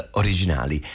originali